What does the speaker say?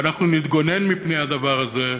ואנחנו נתגונן מפני הדבר הזה,